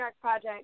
Project